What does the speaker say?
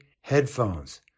headphones